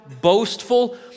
boastful